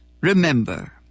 remember